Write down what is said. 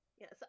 Yes